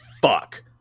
fuck